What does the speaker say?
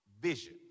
vision